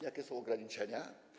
Jakie są ograniczenia?